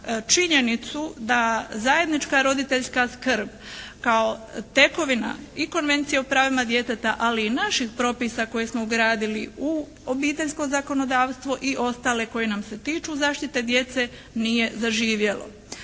da zajednička roditeljska skrb kao tekovina i Konvencije o pravima djeteta, ali i naših propisa koje smo ugradili u obiteljsko zakonodavstvo i ostali koji nam se tiču zaštite djece nije zaživjelo.